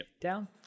down